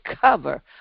cover